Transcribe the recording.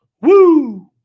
Woo